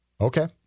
Okay